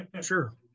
sure